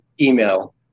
email